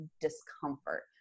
discomfort